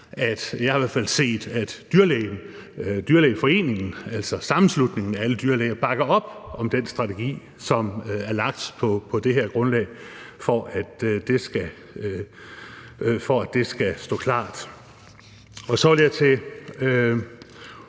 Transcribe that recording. jeg i hvert fald har set, at Den Danske Dyrlægeforening, altså sammenslutningen af alle dyrlæger, bakker op om den strategi, som er lagt på det her grundlag – for at det lige skal stå klart. Så vil jeg til